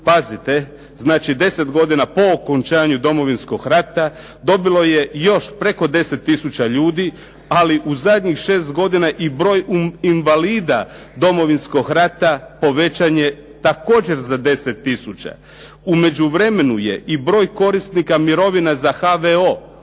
pazite, znači 10 godina po okončanju Domovinskog rata dobilo je još preko 10000 ljudi. Ali u zadnjih šest godina i broj invalida Domovinskog rata povećan je također za 10000. U međuvremenu je i broj korisnika mirovina za HVO,